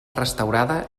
restaurada